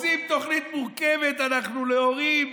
עושים תוכנית מורכבת להורים.